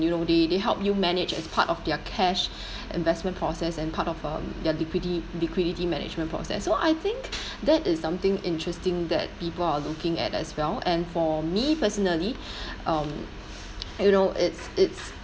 you know they they help you manage as part of their cash investment process and part of uh their liquidity liquidity management process so I think that is something interesting that people are looking at as well and for me personally um you know it's it's